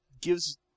gives